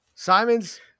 Simon's